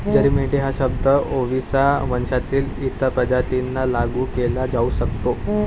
जरी मेंढी हा शब्द ओविसा वंशातील इतर प्रजातींना लागू केला जाऊ शकतो